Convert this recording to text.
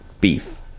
Beef